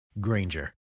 Granger